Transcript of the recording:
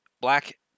black